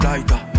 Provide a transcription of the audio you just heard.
Lighter